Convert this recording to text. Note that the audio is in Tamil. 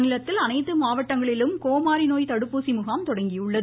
மாநிலத்தின் அனைத்து மாவட்டங்களிலும் கோமாரி நோய் தடுப்பூசிமுகாம் தொடங்கியுள்ளது